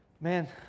man